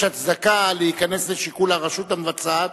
הצדקה להיכנס לשיקול הרשות המבצעת,